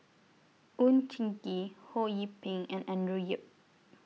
Oon Jin Gee Ho Yee Ping and Andrew Yip